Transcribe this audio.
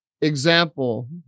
example